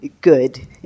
Good